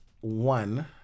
One